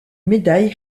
médaille